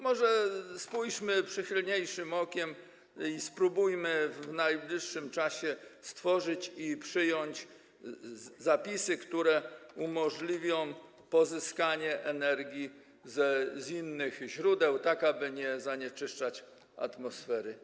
Może spójrzmy na to przychylniejszym okiem i spróbujmy w najbliższym czasie stworzyć i przyjąć zapisy, które umożliwią pozyskanie energii z innych źródeł, tak aby nie zanieczyszczać atmosfery.